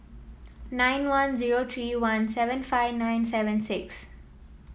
nine one zero three one seven five nine seven six